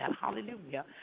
Hallelujah